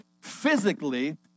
physically